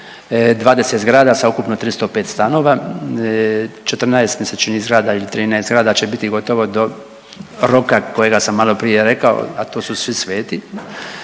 20 zgrada sa ukupno 305 stanova. 14 mi se čini, zgrada ili 13 zgrada će biti gotovo do roka kojega sam maloprije rekao, a to su Svi sveti.